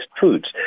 foods